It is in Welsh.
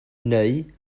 neu